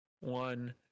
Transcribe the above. one